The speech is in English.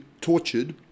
tortured